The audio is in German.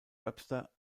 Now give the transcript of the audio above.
webster